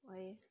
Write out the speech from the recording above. why eh